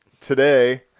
today